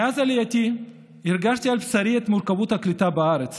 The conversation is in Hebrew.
מאז עלייתי הרגשתי על בשרי את מורכבות הקליטה בארץ